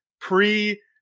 pre